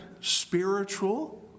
spiritual